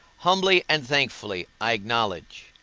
humbly and thankfully i acknowledge,